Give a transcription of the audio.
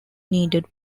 needed